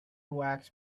wax